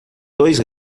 dois